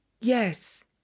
Yes